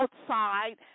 outside